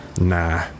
Nah